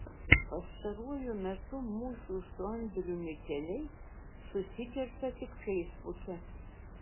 pastaruoju metu mūsų su andriumi keliai susikerta tik feisbuke